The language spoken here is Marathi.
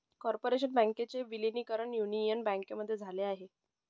कॉर्पोरेशन बँकेचे विलीनीकरण युनियन बँकेमध्ये झाल आहे